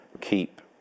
keep